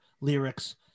lyrics